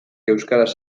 euskaraz